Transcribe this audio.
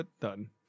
done